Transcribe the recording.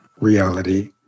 Reality